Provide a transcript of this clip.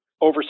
over